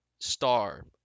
star